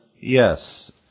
Yes